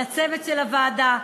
לצוות של הוועדה,